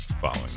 following